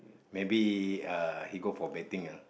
maybe uh he go for betting ah